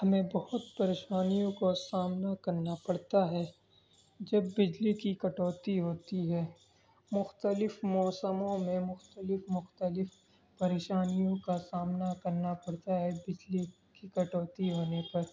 ہمیں بہت پریشانیوں کو سامنا کرنا پڑتا ہے جب بجلی کی کٹوتی ہوتی ہے مختلف موسموں میں مختلف مختلف پریشانیوں کا سامنا کرنا پڑتا ہے بجلی کی کٹوتی ہونے پر